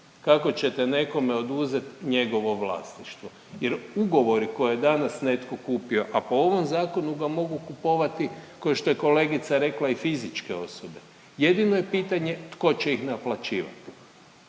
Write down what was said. kako ćete nekome oduzet njegovo vlasništvo jer ugovori koje je danas netko kupio, a po ovom zakonu ga mogu kupovati košto je kolegica rekla i fizičke osobe, jedino je pitanje tko će ih naplaćivati.